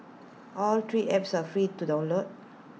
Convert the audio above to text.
all three apps are free to download